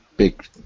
Big